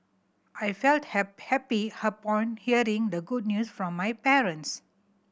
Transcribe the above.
I felt happy upon hearing the good news from my parents